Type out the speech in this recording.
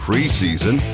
Preseason